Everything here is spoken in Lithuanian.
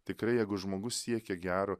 tikrai jeigu žmogus siekia gero